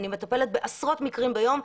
אני מטפלת בעשרות מקרים ביום.